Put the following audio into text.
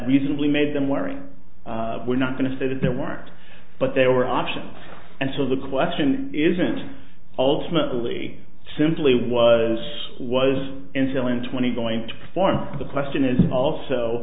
reasonably made them worry we're not going to say that there weren't but there were options and so the question isn't ultimately simply was was insulin twenty going to perform the question is also